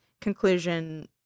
conclusion